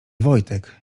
wojtek